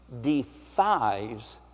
defies